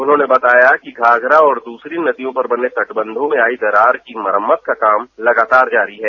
उन्होंने बताया कि घाघरा और दूसरी नदियों पर बने तटबंधों में आई दरार की मरम्मत का काम लगातार जारी है